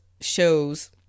shows